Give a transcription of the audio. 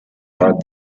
out